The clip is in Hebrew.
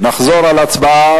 נחזור על הצבעה